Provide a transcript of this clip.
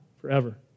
forever